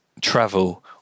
travel